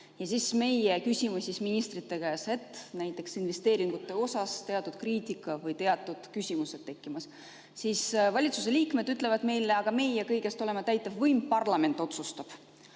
aeg ja me küsime ministrite käest, et näiteks investeeringute osas on teatud kriitika või teatud küsimused tekkimas, siis valitsuse liikmed ütlevad meile, et nemad on kõigest täitevvõim, parlament otsustab.